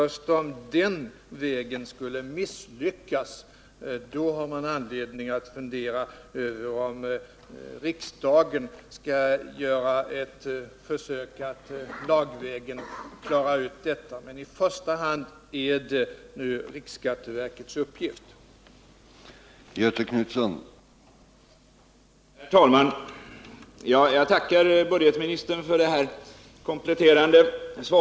Först om den vägen skulle misslyckas har man anledning att fundera över om riksdagen skall försöka att lagstiftningsvägen klara ut detta. I första hand är det emellertid riksskatteverkets uppgift att lösa dessa problem.